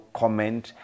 comment